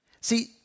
See